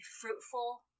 fruitful